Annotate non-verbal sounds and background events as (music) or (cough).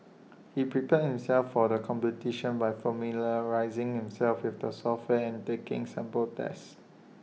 (noise) he prepared himself for the competition by familiarising himself with the software and taking sample tests